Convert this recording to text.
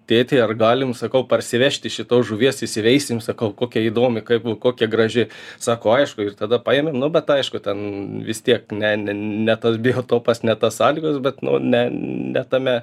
tėti ar galim sakau parsivežti šitos žuvies įsiveisim sakau kokia įdomi kaip kokia graži sako aišku ir tada paėmėm nu bet aišku ten vis tiek ne ne tas biotopas ne tos sąlygos bet ne ne tame